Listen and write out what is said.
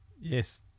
Yes